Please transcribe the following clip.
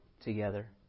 together